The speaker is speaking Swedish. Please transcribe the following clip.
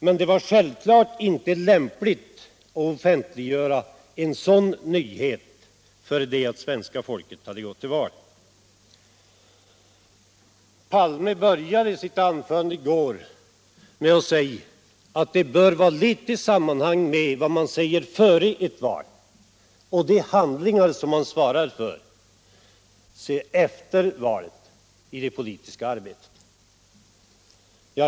Men det var självfallet inte lämpligt att offentliggöra en sådan nyhet förrän svenska folket hade gått till val. Herr Palme började sitt anförande i går med att säga att det bör vara litet sammanhang mellan vad man säger före ett val och de handlingar som man svarar för efter valet i det politiska arbetet.